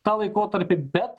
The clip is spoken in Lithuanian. tą laikotarpį bet